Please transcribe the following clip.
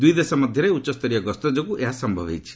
ଦୁଇ ଦେଶ ମଧ୍ୟରେ ଉଚ୍ଚସ୍ତରୀୟ ଗସ୍ତ ଯୋଗୁଁ ଏହା ସମ୍ଭବ ହେଉଛି